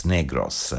Negros